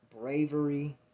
bravery